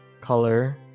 color